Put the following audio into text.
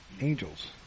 Angels